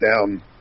down